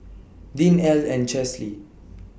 Deann Ell and Chesley